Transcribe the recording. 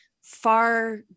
far